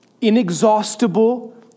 inexhaustible